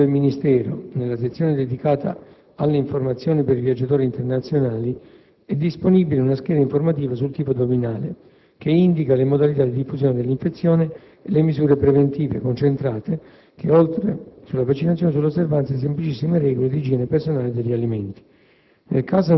Sul sito del Ministero, nella sezione dedicata alle informazioni per i viaggiatori internazionali è disponibile una scheda informativa sul tifo addominale, che indica le modalità di diffusione dell'infezione e le misure preventive, concentrate, oltre che sulla vaccinazione, sull'osservanza di semplicissime regole di igiene personale e degli alimenti.